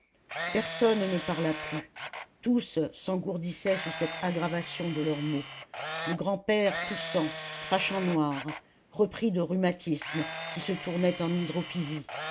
personne ne parla plus tous s'engourdissaient sous cette aggravation de leurs maux le grand-père toussant crachant noir repris de rhumatismes qui se tournaient en hydropisie